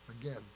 again